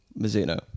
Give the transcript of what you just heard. Mizuno